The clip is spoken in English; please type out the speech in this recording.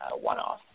one-off